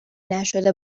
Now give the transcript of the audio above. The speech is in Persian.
نشده